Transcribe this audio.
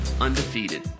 undefeated